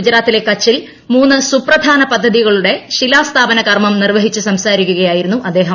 ഗുജറാത്തിലെ കച്ചിൽ മൂന്ന് സൂപ്രധാന പദ്ധതികളുടെ ശിലാസ്ഥാപനകർമം നിർവഹിച്ചു സംസാരിക്കുകയായിരുന്നു അദ്ദേഹം